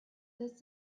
this